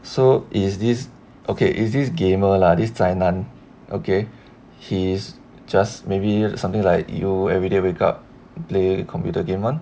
so is this okay is this gamer lah this 宅男 okay he's just maybe something like you everyday wake up play computer game [one]